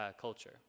culture